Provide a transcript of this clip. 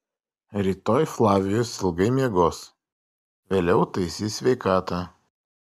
rytoj flavijus ilgai miegos vėliau taisys sveikatą